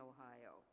Ohio